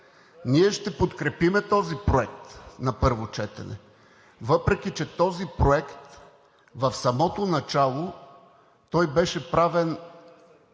Ние ще подкрепим този проект на първо четене, въпреки, че този проект в самото начало, беше правен